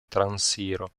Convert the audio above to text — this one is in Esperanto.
transiro